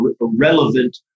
relevant